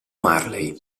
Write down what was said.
marley